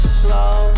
slow